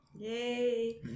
Yay